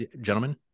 gentlemen